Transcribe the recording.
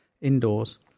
indoors